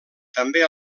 també